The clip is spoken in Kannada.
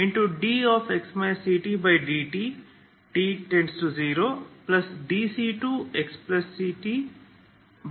ಅದು dudt|t0 dc1d